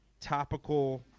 topical